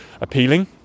appealing